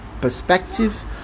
perspective